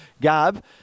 Gab